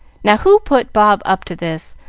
now who put bob up to this?